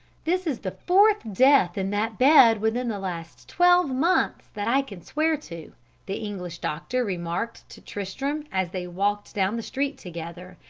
this is the fourth death in that bed within the last twelve months that i can swear to the english doctor remarked to tristram, as they walked down the street together,